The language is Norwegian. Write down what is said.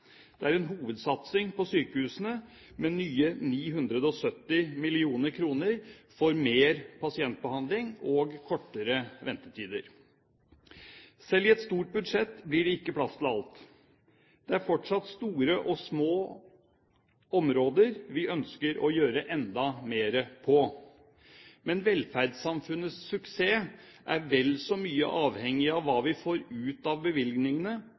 Det er en hovedsatsing på sykehusene, med nye 970 mill. kr til mer pasientbehandling og kortere ventetider. Selv i et stort budsjett blir det ikke plass til alt. Det er fortsatt store og små områder vi ønsker å gjøre enda mer på. Men velferdssamfunnets suksess er vel så mye avhengig av hva vi får ut av bevilgningene,